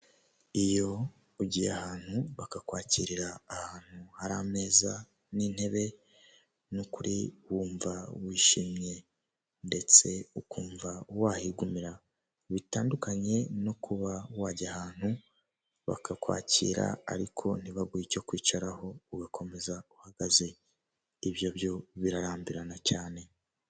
Iyo ugiye ahantu bakakwakirira ahantu hari ameza n'intebe ni ukuri wumva wishimye ndetse ukumva wahigumira bitandukanye no kuba wajya ahantu bakakwakira ariko ntibaguhe icyo kwicaraho ugakomeza uhagaze ibyo byo birarambirana cyane .